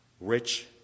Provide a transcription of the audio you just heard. rich